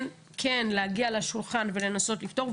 כן להגיע לשולחן ולנסות לפתור,